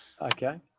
Okay